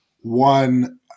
One